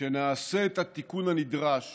שנעשה את התיקון הנדרש